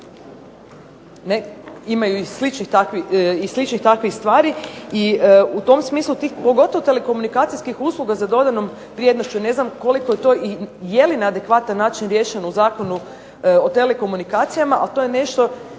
imaju i sličnih takvih stvari i u tom smislu tih, pogotovo telekomunikacijskih usluga za dodanom vrijednošću ne znam koliko je to i je li na adekvatan način riješeno u Zakonu o telekomunikacijama. Ali to je nešto,